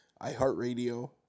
iHeartRadio